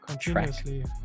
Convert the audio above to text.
continuously